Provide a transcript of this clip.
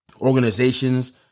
organizations